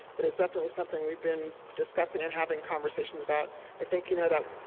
but it's definitely something we've been discussing and having conversations about. i think you know that